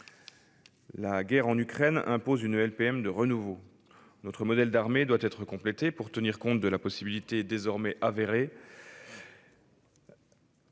La guerre en Ukraine impose une LPM de renouveau. Notre modèle d'armée doit être complété pour tenir compte de la possibilité, désormais avérée,